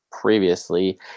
previously